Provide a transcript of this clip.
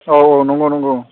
औ औ नंगौ नंगौ